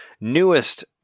newest